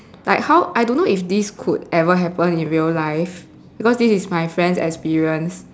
like how I don't know if this could ever happen in real life because this is my friend's experience